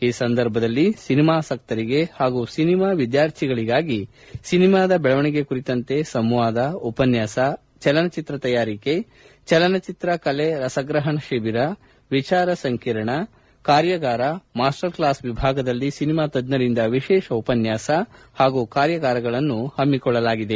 ಈ ಸಂದರ್ಭದಲ್ಲಿ ಸಿನಿಮಾಸಕ್ತರಿಗೆ ಹಾಗೂ ಸಿನಿಮಾ ವಿದ್ವಾರ್ಥಿಗಳಿಗಾಗಿ ಸಿನಿಮಾದ ಬೆಳವಣಿಗೆ ಕುರಿತಂತೆ ಸಂವಾದ ಉಪನ್ಥಾಸ ಚಲನಚಿತ್ರ ತಯಾರಿಕೆ ಚಲನಚಿತ್ರ ಕಲೆ ರಸಗ್ರಹಣ ಶಿಬಿರ ವಿಚಾರಸಂಕಿರಣ ಕಾರ್ಯಾಗಾರ ಮಾಸ್ಟರ್ ಕ್ಲಾಸ್ ವಿಭಾಗದಲ್ಲಿ ಸಿನಿಮಾ ತಜ್ಜರಿಂದ ವಿಶೇಷ ಉಪನ್ಯಾಸ ಹಾಗೂ ಕಾರ್ಯಗಾರಗಳನ್ನು ಹಮ್ಮಿಕೊಳ್ಳಲಾಗಿದೆ